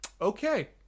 okay